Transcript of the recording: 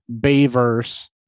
Bayverse